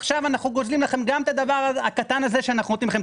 עכשיו אנחנו גוזלים לכם גם את הדבר הקטן הזה שאנחנו נותנים לכם,